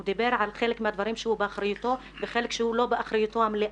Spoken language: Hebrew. הוא דיבר על חלק מהדברים שהם באחריותו וחלק שהם לא באחריותו המלאה,